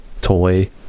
toy